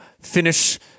finish